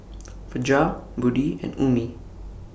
Fajar Budi and Ummi